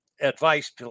advice